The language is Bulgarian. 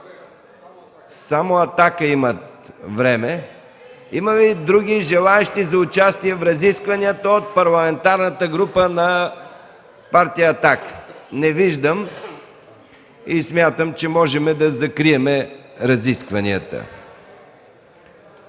Само „Атака” имат време. Има ли други желаещи за участие в разискванията от Парламентарната група на Партия „Атака”? Не виждам. Смятам, че можем да закрием разискванията.